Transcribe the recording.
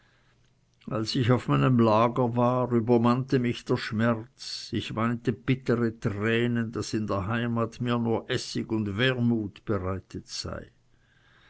als ich auf meinem lager war übermannte mich der schmerz ich weinte bittere tränen daß in der heimat mir nur essig und wermut bereitet sei